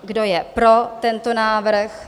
Kdo je pro tento návrh?